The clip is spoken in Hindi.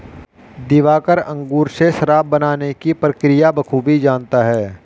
दिवाकर अंगूर से शराब बनाने की प्रक्रिया बखूबी जानता है